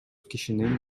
кишинин